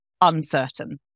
uncertain